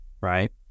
Right